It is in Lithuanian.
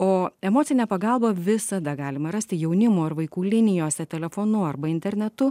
o emocinę pagalbą visada galima rasti jaunimo ir vaikų linijose telefonu arba internetu